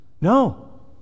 No